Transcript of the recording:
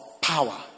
power